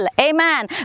Amen